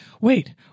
wait